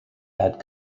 add